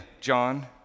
John